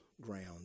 ground